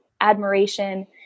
admiration